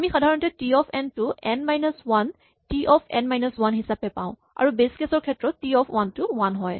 আমি সাধাৰণতে T of n to n minus one T of n minus one হিচাপে পাওঁ আৰু বেচ কেচ ৰ ক্ষেত্ৰত T of one to one হয়